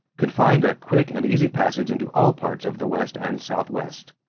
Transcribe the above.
could find a quick and easy passage into all parts of the west and southwest.